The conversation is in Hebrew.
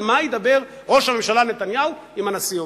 על מה ידבר ראש הממשלה נתניהו עם הנשיא אובמה?